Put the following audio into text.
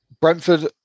Brentford